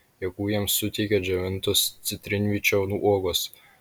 jėgų jiems suteikia džiovintos citrinvyčio uogos